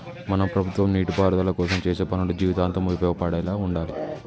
మన ప్రభుత్వం నీటిపారుదల కోసం చేసే పనులు జీవితాంతం ఉపయోగపడేలా ఉండాలి